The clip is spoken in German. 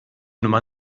nummer